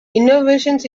innovations